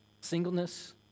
singleness